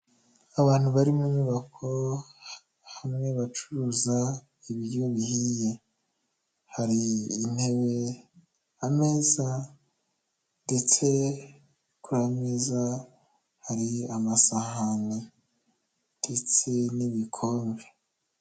Abantu bari mu nyubako, hamwe bacuruza ibiryo bihiye. Hari intebe, ameza ndetse kuri ayo meza hari amasahani ndetse n'ibikombe.